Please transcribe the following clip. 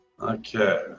Okay